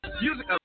music